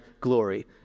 glory